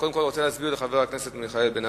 אני קודם כול רוצה להסביר לחבר הכנסת מיכאל בן-ארי